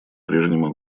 прежнему